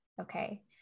okay